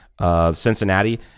Cincinnati